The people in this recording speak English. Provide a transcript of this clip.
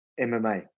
MMA